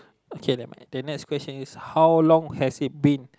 okay the next question is how long has it been